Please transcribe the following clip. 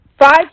five